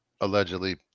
allegedly